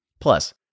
Plus